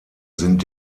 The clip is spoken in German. sind